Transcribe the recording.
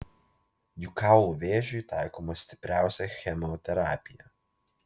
juk kaulų vėžiui taikoma stipriausia chemoterapija